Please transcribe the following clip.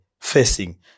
facing